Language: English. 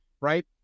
right